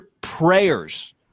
prayers